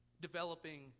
developing